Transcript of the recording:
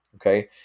okay